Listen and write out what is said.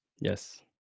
Yes